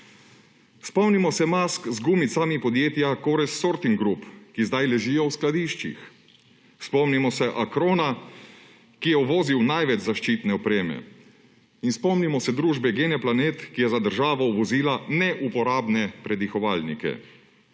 Spomnimo se mask z gumicami podjetja Korez − Sorting Group, ki zdaj ležijo v skladiščih. Spomnimo se Acrona, ki je uvozil največ zaščitne opreme in spomnimo se družbe genEplanet, ki je za državo uvozila neuporabne predihovalnike.